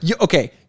Okay